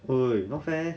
!oi! not fair leh